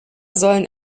sollen